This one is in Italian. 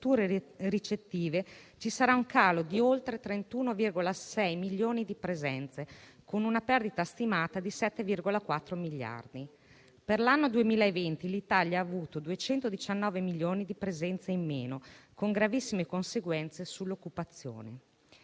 ricettive ci sarà un calo di oltre 31,6 milioni di presenze, con una perdita stimata di 7,4 miliardi di euro. Per l'anno 2020, l'Italia ha avuto 219 milioni di presenze in meno, con gravissime conseguenze sull'occupazione.